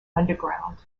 underground